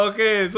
Okay